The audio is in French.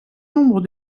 nombre